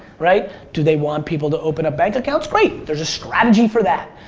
right? do they want people to open up bank accounts? great. there's a strategy for that.